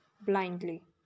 blindly